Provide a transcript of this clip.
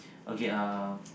okay um